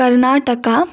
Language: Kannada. ಕರ್ನಾಟಕ